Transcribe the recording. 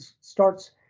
starts